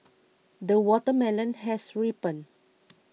the watermelon has ripened